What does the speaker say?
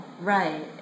Right